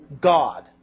God